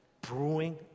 brewing